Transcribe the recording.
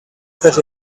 that